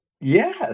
Yes